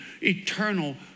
eternal